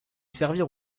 servir